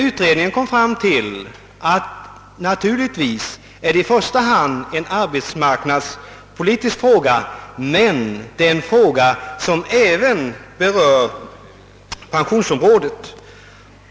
Utredningen kom fram till att det naturligtvis i första hand är en arbetsmarknadspolitisk fråga men att det också är en fråga som berör pensionsområdet.